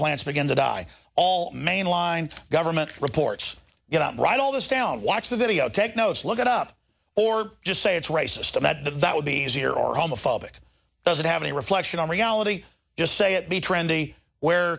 plants begin to die all mainline government reports get out write all this down watch the video take notes look it up or just say it's racist and that that that would be easier or homophobic doesn't have any reflection on reality just say it be trendy w